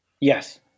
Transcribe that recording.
Yes